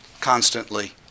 constantly